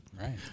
Right